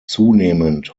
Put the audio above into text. zunehmend